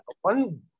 one